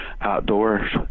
outdoors